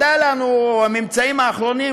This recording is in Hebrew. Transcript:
הממצאים האחרונים,